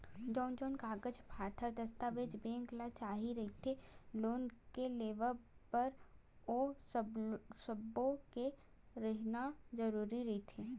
जउन जउन कागज पतर दस्ताबेज बेंक ल चाही रहिथे लोन के लेवब बर ओ सब्बो के रहिना जरुरी रहिथे